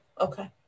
Okay